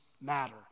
matter